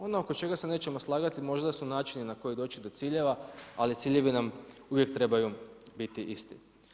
Ono oko čega se nećemo slagati možda su načini do kojih doći do ciljeva, ali ciljevi nam uvijek trebaju biti isti.